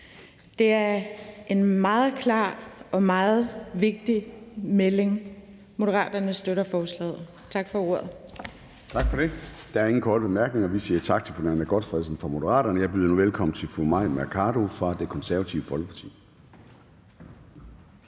Det er en meget klar og meget vigtig melding. Moderaterne støtter forslaget. Tak for ordet.